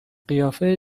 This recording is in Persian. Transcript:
قیافه